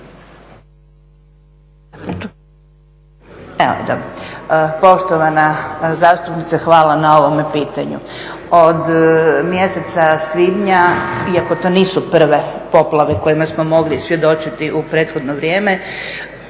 Poštovana zastupnice hvala na ovom pitanju. Od mjeseca svibnja, iako to nisu prve poplave kojima smo mogli svjedočiti u prethodno vrijeme,